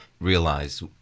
realize